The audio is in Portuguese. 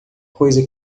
coisa